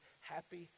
happy